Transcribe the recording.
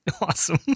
Awesome